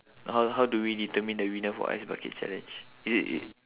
how how do we determine the winner for ice bucket challenge is it